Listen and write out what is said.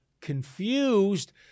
confused